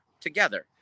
together